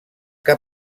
que